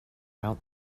out